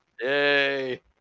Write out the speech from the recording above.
yay